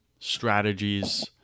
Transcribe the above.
strategies